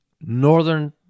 northern